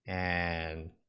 and